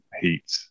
heat